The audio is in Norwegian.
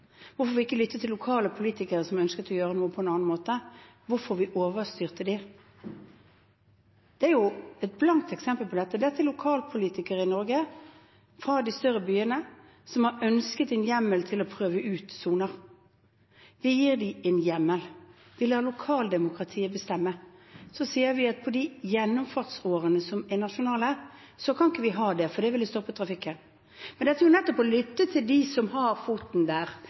hvorfor vi ikke lyttet til lokale politikere som ønsket å gjøre noe på en annen måte, hvorfor vi overstyrte dem? Dette er jo et blankt eksempel på det. Dette er lokalpolitikere i Norge, fra de større byene, som har ønsket en hjemmel til å prøve ut soner. Vi gir dem en hjemmel. Vi lar lokaldemokratiet bestemme. Så sier vi at på de gjennomfartsårene som er nasjonale, kan vi ikke ha det, for det ville stoppet trafikken. Men dette er jo nettopp å lytte til dem som har foten der